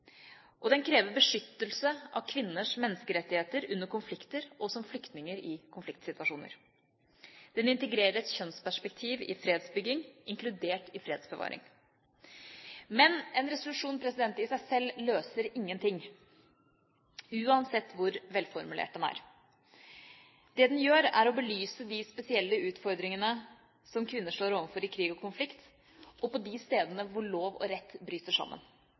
og den krever beskyttelse av kvinners menneskerettigheter under konflikter og som flyktninger i konfliktsituasjoner. Den integrerer et kjønnsperspektiv i fredsbygging, inkludert fredsbevaring. Men en resolusjon i seg sjøl løser ingenting – uansett hvor velformulert den er. Det den gjør, er å belyse de spesielle utfordringene som kvinner står overfor i krig og konflikt, og på de stedene hvor lov og rett bryter sammen.